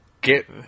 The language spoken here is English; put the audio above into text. get